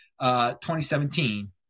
2017 –